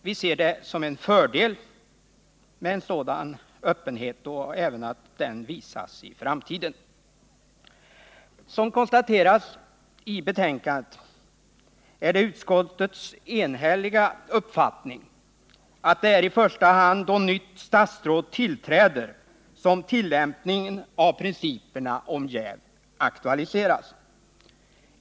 Vi anser att det är en fördel om en sådan öppenhet visas även i framtiden. ” Som konstateras i betänkandet är det utskottets enhälliga uppfattning att det i första hand är då nytt statsråd tillträder som tillämpningen av principen om jäv aktualiseras.